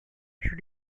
should